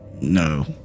No